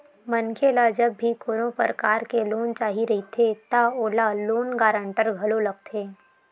मनखे ल जब भी कोनो परकार के लोन चाही रहिथे त ओला लोन गांरटर घलो लगथे